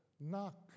knock